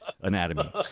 anatomy